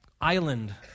island